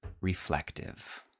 reflective